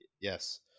yes